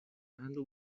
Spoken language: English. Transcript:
handle